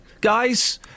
guys